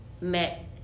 met